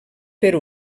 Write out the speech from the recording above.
per